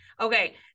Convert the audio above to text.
okay